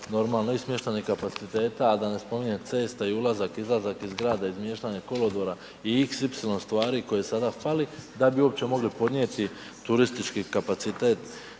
i smještajnih kapaciteta, a da ne spominjem cesta i ulazak, izlazak iz grada, izmještanje kolodvora i xy stvari koje sada fali da bi uopće mogli podnijeti turistički kapacitet